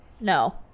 No